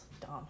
dumb